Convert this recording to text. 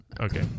Okay